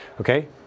Okay